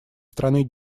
страны